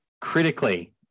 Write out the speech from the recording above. Critically